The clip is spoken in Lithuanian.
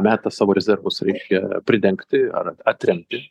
meta savo rezervus reiškia pridengti ar atremti